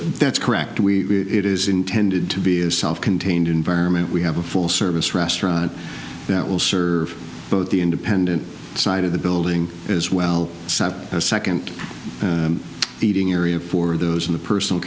that's correct we it is intended to be a self contained environment we have a full service restaurant that will serve both the independent side of the building as well as second seating area for those in the personal